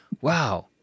wow